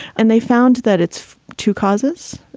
and they found that it's two causes,